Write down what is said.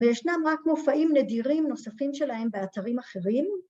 ‫וישנם רק מופעים נדירים נוספים שלהם ‫באתרים אחרים.